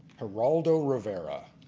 geraldo rivera.